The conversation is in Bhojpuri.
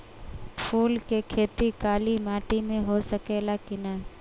फूल के खेती काली माटी में हो सकेला की ना?